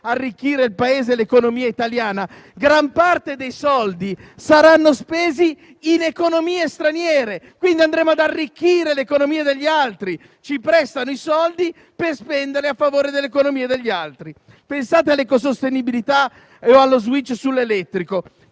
arricchire il Paese e l'economia italiana. Gran parte dei soldi saranno spesi in economie straniere, quindi andremo ad arricchire le economie degli altri; ci prestano i soldi per spendere a favore delle economie degli altri. Pensate all'ecosostenibilità o allo *switch* sull'elettrico: